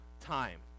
time